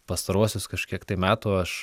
pastaruosius kažkiek metų aš